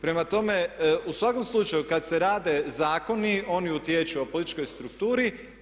Prema tome, u svakom slučaju kad se rade zakoni oni utječu o političkoj strukturi.